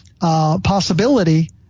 possibility